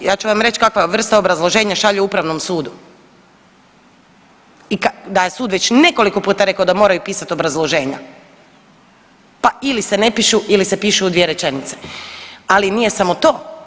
Ja ću vam reć kakve vrste obrazloženja šalju upravnom sudu i da je sud već nekoliko puta rekao da moraju pisat obrazloženja, pa ili se ne pišu ili se pišu u dvije rečenice, ali nije samo to.